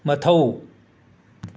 ꯃꯊꯧ